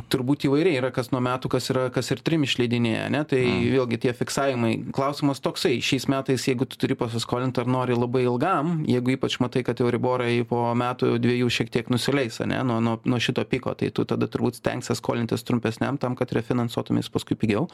turbūt įvairiai yra kas nuo metų kas yra kas ir trim išleidinėja ane tai vėlgi tie fiksavimai klausimas toksai šiais metais jeigu tu turi paskolint ar nori labai ilgam jeigu ypač matai kad euriborai po metų dviejų šiek tiek nusileis ane nuo nuo nuo šito piko tai tu tada turbūt stengsies skolintis trumpesniam tam kad refinansuotumeis paskui pigiau